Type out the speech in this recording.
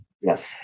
Yes